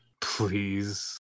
Please